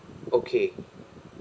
okay